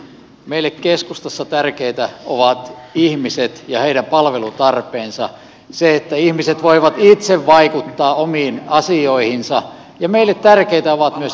meille keskustassa tärkeitä ovat ihmiset ja heidän palvelutarpeensa se että ihmiset voivat itse vaikuttaa omiin asioihinsa ja meille tärkeitä ovat myös ihmisten tunteet